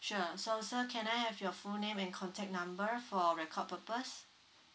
sure so sir can I have your full name and contact number for record purpose